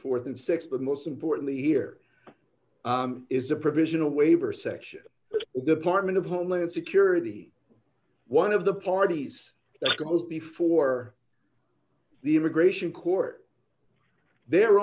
and six but most importantly here is a provisional waiver section or department of homeland security one of the parties that goes before the immigration court their